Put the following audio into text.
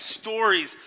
stories